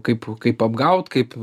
kaip kaip apgaut kaip